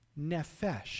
nefesh